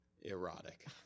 erotic